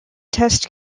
test